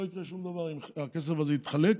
לא יקרה שום דבר שהכסף הזה יתחלק,